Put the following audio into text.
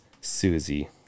Susie